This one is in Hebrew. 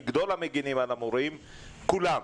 אני גדול המגינים על המורים, כולם.